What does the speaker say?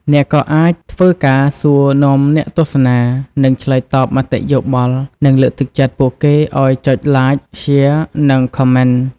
អ្នកក៏អាចធ្វើការសួរនាំអ្នកទស្សនា និង ឆ្លើយតបមតិយោបល់ និងលើកទឹកចិត្តពួកគេឲ្យចុច Like, Share និង Comment។